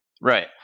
Right